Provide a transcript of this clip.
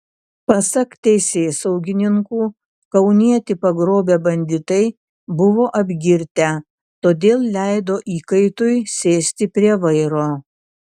pasak teisėsaugininkų kaunietį pagrobę banditai buvo apgirtę todėl leido įkaitui sėsti prie vairo